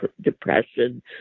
Depression